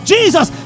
Jesus